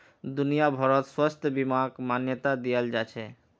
दुनिया भरत स्वास्थ्य बीमाक मान्यता दियाल जाछेक